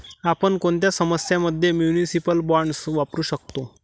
आपण कोणत्या समस्यां मध्ये म्युनिसिपल बॉण्ड्स वापरू शकतो?